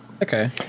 Okay